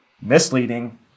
misleading